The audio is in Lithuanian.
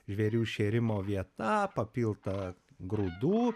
žvėrių šėrimo vieta papilta grūdų